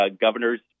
governor's